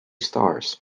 stars